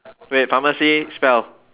wait pharmacy spell